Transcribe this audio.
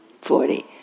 Forty